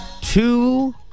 Two